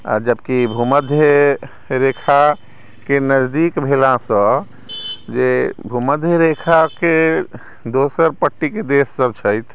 आ जबकि भूमध्य रेखाके नजदीक भेलासँ जे भूमध्य रेखाके दोसर पट्टीके देशसभ छथि